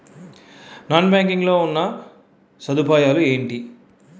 Non banking లో ఉన్నా సదుపాయాలు ఎంటి?